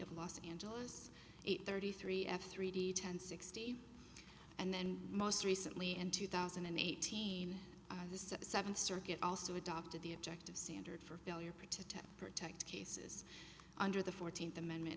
of los angeles eight thirty three f three d ten sixty and then most recently in two thousand and eighteen the seventh circuit also adopted the objective standard for failure to protect cases under the fourteenth amendment